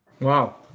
Wow